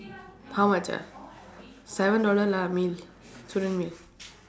how much ah seven dollar lah meal student meal